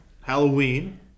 Halloween